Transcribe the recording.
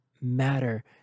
matter